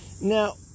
Now